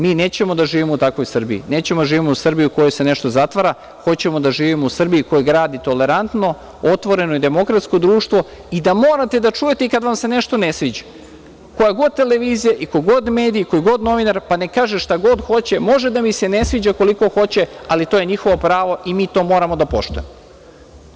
Mi nećemo da živimo u takvoj Srbiji, nećemo da živimo u Srbiji u kojoj se nešto zatvara, hoćemo da živimo u Srbiji koja gradi tolerantno, otvoreno i demokratsko društvo i da morate da čujete i kada vam se nešto ne sviđa, koja god je televizija i koji god medij, koji god novinar, pa neka kaže šta god hoće, može da mi se ne sviđa koliko hoće, ali to je njihovo pravo i mi to moramo da poštujemo.